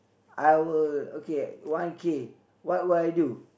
I will okay one K what will I do